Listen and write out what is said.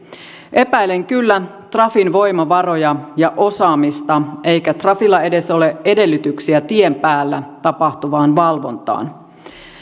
epäilen kyllä trafin voimavaroja ja osaamista eikä trafilla edes ole edellytyksiä tien päällä tapahtuvaan valvontaan